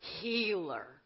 healer